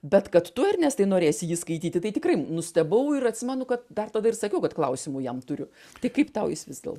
bet kad tu ernestai norėsi jį skaityti tai tikrai nustebau ir atsimenu kad dar tada ir sakiau kad klausimų jam turiu tai kaip tau jis vis dėl